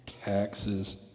Taxes